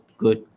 good